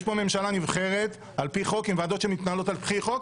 יש פה ממשלה נבחרת על-פי חוק עם ועדות שמתנהלות על-פי חוק,